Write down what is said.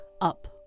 up